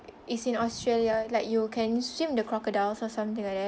it's in australia like you can swim with the crocodiles or something like that